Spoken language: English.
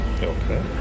Okay